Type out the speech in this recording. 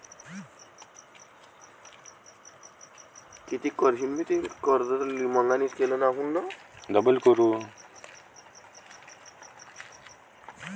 मले वावरासाठी किती रुपयापर्यंत कर्ज भेटन?